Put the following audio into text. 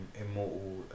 immortal